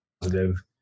positive